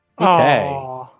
Okay